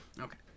Okay